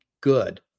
good